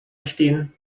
bestehen